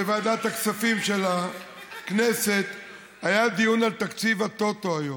בוועדת הכספים של הכנסת היה דיון על תקציב הטוטו היום.